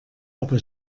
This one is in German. aber